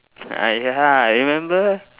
ah ya remember